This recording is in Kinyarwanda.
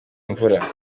imvura